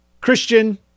Christian